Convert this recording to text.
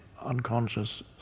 unconscious